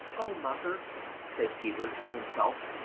o mother said peter to himself,